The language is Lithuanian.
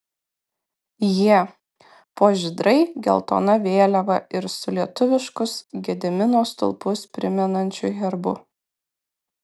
jie po žydrai geltona vėliava ir su lietuviškus gedimino stulpus primenančiu herbu